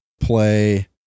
play